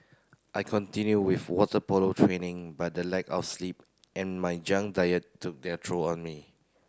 I continued with water polo training but the lack of sleep and my junk diet took their troll on me